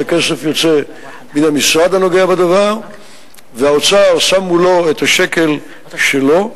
הכסף יוצא מן המשרד הנוגע בדבר והאוצר שם מולו את השקל שלו.